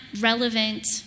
relevant